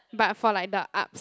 but for like the ups